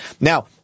Now